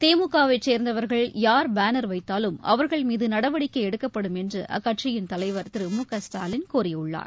திமுகவை சேர்ந்தவர்கள் யார் பேனர் வைத்தாலும் அவர்கள் மீது நடவடிக்கை எடுக்கப்படும் என்றும் அக்கட்சியின் தலைவர் திரு மு க ஸ்டாலின் கூறியுள்ளார்